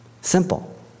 Simple